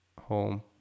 home